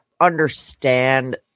understand